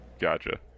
Gotcha